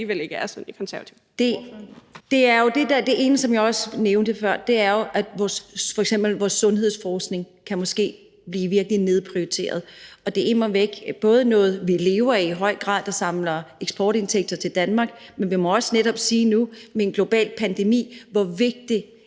(KF): Det ene, som jeg også nævnte før, er jo, at f.eks. vores sundhedsforskning måske virkelig kan blive nedprioriteret, og det er immer væk noget, vi i høj grad lever af, for det samler eksportindtægter til Danmark, men vi må også netop sige nu med en global pandemi, hvor vigtig